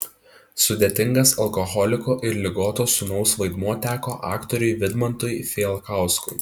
sudėtingas alkoholiko ir ligoto sūnaus vaidmuo teko aktoriui vidmantui fijalkauskui